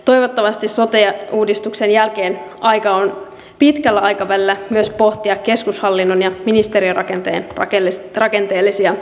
toivottavasti sote uudistuksen jälkeen aika on pitkällä aikavälillä pohtia myös keskushallinnon ja ministeriörakenteen rakenteellisia uudistuksia